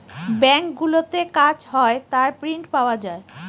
ব্যাঙ্কগুলোতে কাজ হয় তার প্রিন্ট পাওয়া যায়